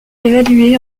évaluée